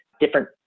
different